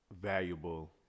valuable